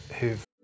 who've